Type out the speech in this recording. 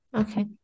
okay